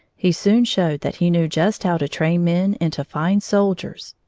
he soon showed that he knew just how to train men into fine soldiers.